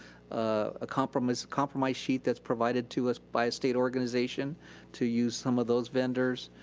ah compromised compromised sheet that's provided to us by a state organization to use some of those vendors.